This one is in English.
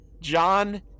John